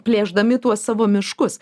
plėšdami tuos savo miškus